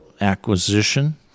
acquisition